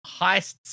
heists